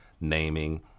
naming